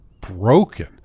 broken